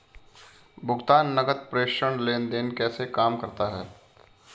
भुगतान नकद प्रेषण लेनदेन कैसे काम करता है?